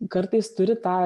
kartais turi tą